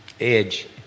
edge